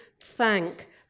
thank